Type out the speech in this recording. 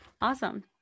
Awesome